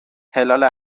هلال